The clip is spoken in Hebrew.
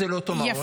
זה לא אותו מעון.